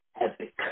epic